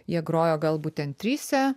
jie grojo galbūt ten tryse